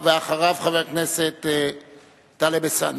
ואחריו, חבר הכנסת טלב אלסאנע.